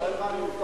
לא הבנו.